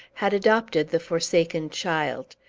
had adopted the forsaken child.